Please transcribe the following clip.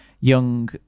young